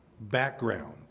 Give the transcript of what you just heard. background